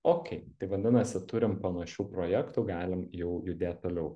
okei tai vadinasi turim panašių projektų galim jau judėt toliau